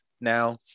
Now